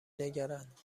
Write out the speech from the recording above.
نگرند